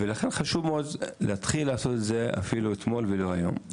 לכן חשוב מאוד להתחיל לעשות את זה אפילו אתמול ולא היום,